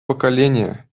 поколение